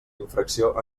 infracció